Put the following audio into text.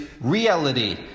reality